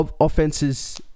offenses